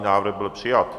Návrh byl přijat.